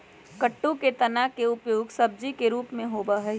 कुट्टू के तना के उपयोग सब्जी के रूप में होबा हई